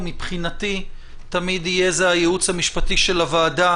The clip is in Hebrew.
ומבחינתי תמיד יהיה זה הייעוץ המשפטי של הוועדה